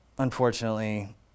Unfortunately